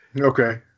Okay